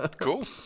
Cool